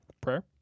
prayer